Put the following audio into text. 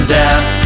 death